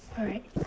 alright